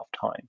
time